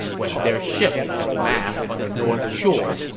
when their ships have massed on the north shore,